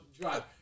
drive